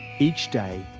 each day,